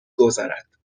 گذرد